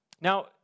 Now